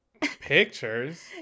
Pictures